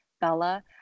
Bella